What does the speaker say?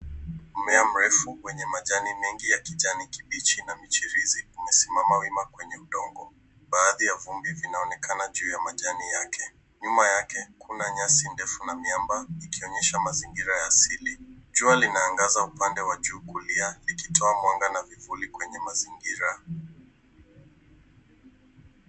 Mmea mrefu wenye majani mengi ya kijani kibichi na michirizi umesimama wima kwenye udongo. Baadhi ya vumbi inaonekana juu ya majani yake. Nyuma yake kuna nyasi ndefu na miamba ikionyesha mazingira ya asili. Jua linaangaza upande wa juu kulia likitoa mwanga na vivuli kwenye mazingira.